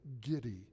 giddy